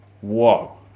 Whoa